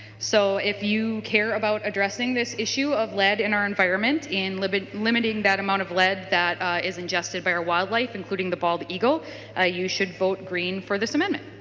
so if you care about addressing this issue of lead in our environment and limiting limiting that amount of lead that is ingested by our wildlife including the bald eagle ah you should vote green for this amendment.